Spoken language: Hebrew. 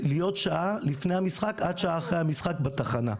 להיות שעה לפני המשחק עד שעה אחרי המשחק בתחנה.